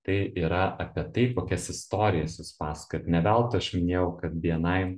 tai yra apie tai kokias istorijas jūs pasakojat ne veltui aš minėjau kad bni